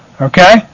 Okay